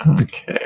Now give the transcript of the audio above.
Okay